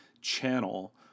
channel